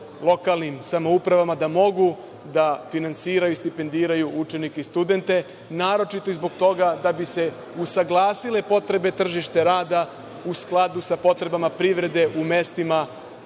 lokalnim samoupravama da mogu da finansiraju i stipendiraju učenike i studente, naročito i zbog toga da bi se usaglasile potrebe tržišta rada u skladu sa potrebama privrede u mestima